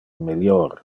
melior